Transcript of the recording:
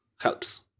helps